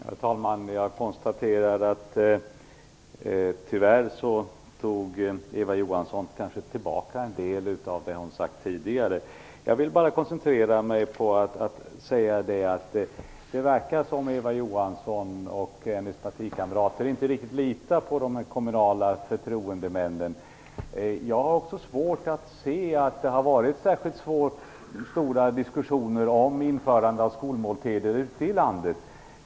Herr talman! Jag konstaterar att Eva Johansson tyvärr tog tillbaka en del av det hon sagt tidigare. Det verkar som att Eva Johansson och hennes partikamrater inte riktigt litar på de kommunala förtroendemännen. Jag har också svårt att se att det har varit särskilt stora diskussioner om införande av skolmåltidsavgifter ute i landet.